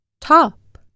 top